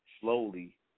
slowly